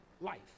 life